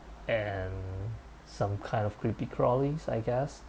and some kind of creepy crawley's I guess